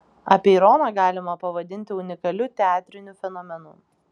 apeironą galima pavadinti unikaliu teatriniu fenomenu